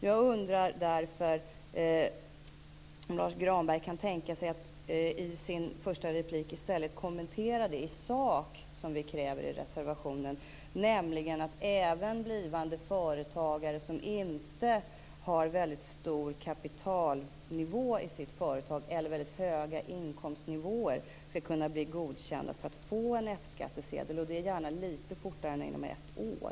Jag undrar därför om Lars Granberg i sin första replik kan tänka sig att i stället kommentera i sak det vi kräver i reservationen, nämligen att även blivande företagare som inte har väldigt hög kapitalnivå eller väldigt höga inkomstnivåer i sitt företag skall kunna bli godkända för att få en F-skattsedel, och det gärna litet fortare än inom ett år.